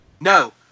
no